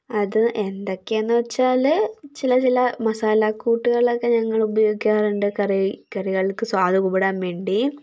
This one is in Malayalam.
അത് എന്തൊക്കെയാണെന്നു വച്ചാൽ ചില ചില മസാലക്കൂട്ടുകളൊക്കെ ഞങ്ങൾ ഉപയോഗിക്കാറുണ്ട് കറി കറികൾക്ക് സ്വാദ് കുവുടാൻ വേണ്ടി